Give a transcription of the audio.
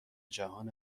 جهان